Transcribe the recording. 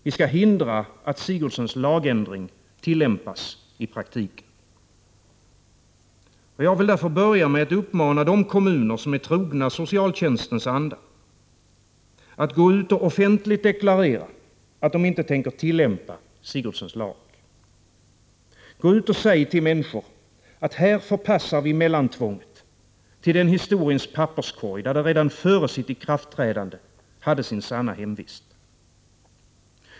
Vi skall hindra att Sigurdsens lagändring tillämpas i praktiken. Jag vill därför börja med att uppmana de kommuner som är trogna socialtjänstens anda, att gå ut och offentligt deklarera att de inte tänker tillämpa Sigurdsens lag. Gå ut och säg till människor, att här förpassar vi mellantvånget till den historiens papperskorg där det redan före sitt ikraftträdande hade sin sanna hemvist.